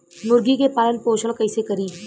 मुर्गी के पालन पोषण कैसे करी?